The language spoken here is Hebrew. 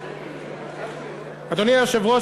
אדוני היושב-ראש,